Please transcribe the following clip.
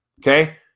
okay